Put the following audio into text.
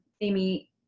Amy